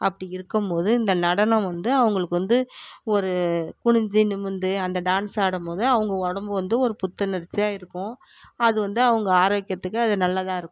அப்படி இருக்கும் போது இந்த நடனம் வந்து அவங்களுக்கு வந்து ஒரு குனிஞ்சு நிமிந்து அந்த டான்ஸ் ஆடும் போது அவங்க ஒடம்பு வந்து ஒரு புத்துணர்ச்சியாக இருக்கும் அது வந்து அவங்கள் ஆரோக்கியத்துக்கு அது நல்லதாக இருக்கும்